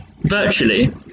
virtually